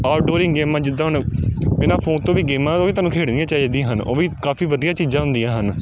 out ਡੋਰਿੰਗ ਗੇਮਾਂ ਜਿੱਦਾਂ ਹੁਣ ਬਿਨਾ ਫੋਨ ਤੋਂ ਵੀ ਗੇਮਾਂ ਉਹ ਵੀ ਤੁਹਾਨੂੰ ਖੇਡਣੀਆਂ ਚਾਹੀਦੀਆਂ ਹਨ ਉਹ ਵੀ ਕਾਫੀ ਵਧੀਆ ਚੀਜ਼ਾਂ ਹੁੰਦੀਆਂ ਹਨ